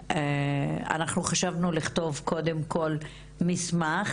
אנחנו חשבנו לכתוב קודם כל מסמך,